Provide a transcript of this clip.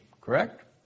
Correct